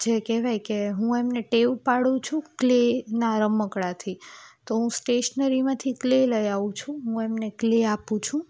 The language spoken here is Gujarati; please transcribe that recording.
જે કહેવાય કે હું એમને ટેવ પાડું છું ક્લેના રમકડાથી તો હું સ્ટેશનરીમાંથી ક્લે લઈ આવું છું હું એમને ક્લે આપું છું